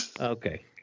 Okay